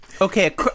Okay